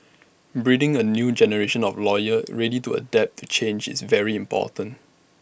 breeding A new generation of lawyers ready to adapt to change is very important